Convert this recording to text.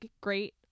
great